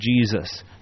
Jesus